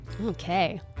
Okay